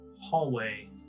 hallway